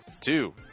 Two